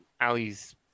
Ali's